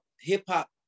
hip-hop